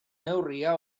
neurria